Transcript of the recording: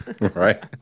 Right